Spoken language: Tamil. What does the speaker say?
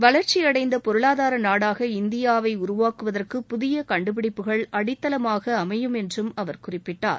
வளர்ச்சியடைந்த பொருளாதார நாடாக இந்தியாவை உருவாக்குவதற்கு புதிய கண்டுபிடிப்புகள் அடித்தளமாக அமையும் என்றும் அவர் குறிப்பிட்டார்